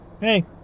Hey